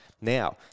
Now